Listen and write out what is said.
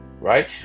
right